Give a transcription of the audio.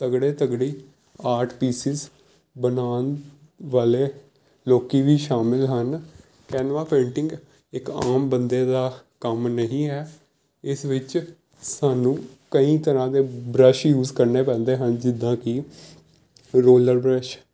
ਤਕੜੇ ਤਕੜੇ art pieces ਬਣਾਉਣ ਵਾਲੇ ਲੋਕ ਵੀ ਸ਼ਾਮਿਲ ਹਨ ਕੈਨੁਆ ਪੇਂਟਿੰਗ ਇੱਕ ਆਮ ਬੰਦੇ ਦਾ ਕੰਮ ਨਹੀਂ ਹੈ ਇਸ ਵਿੱਚ ਸਾਨੂੰ ਕਈ ਤਰ੍ਹਾਂ ਦੇ ਬਰੱਸ਼ ਯੂਜ ਕਰਨੇ ਪੈਂਦੇ ਹਨ ਜਿੱਦਾਂ ਕਿ ਰੋਲਰ ਬਰੱਸ਼